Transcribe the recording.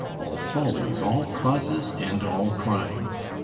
all follies, all causes and all crimes.